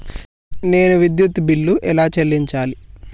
నేను విద్యుత్ బిల్లు ఎలా చెల్లించాలి?